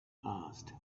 asked